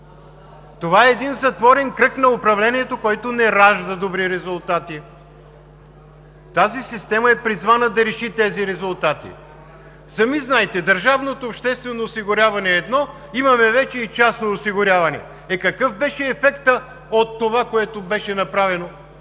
Това е един затворен кръг на управлението, който не ражда добри резултати. Тази система е призвана да реши тези резултати. Сами знаете, държавното обществено осигуряване е едно, имаме вече и частно осигуряване. Е, какъв беше ефектът от това, което беше направено?